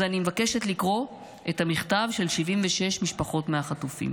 אז אני מבקשת לקרוא את המכתב של 76 ממשפחות החטופים,